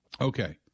Okay